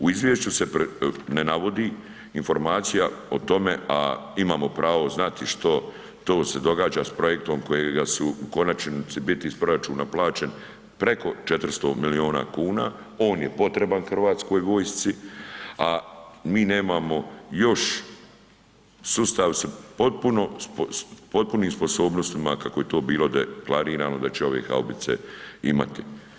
U izvješću se ne navodi informacija o tome, a imamo pravo znati što to se događa s projektom kojega su u konačnici biti iz proračuna plaćen preko 400 milijuna kuna, on je potreban Hrvatskoj vojsci, a mi nemamo još sustav potpunih sposobnostima kako je to bilo deklarirano da će ove haubice imati.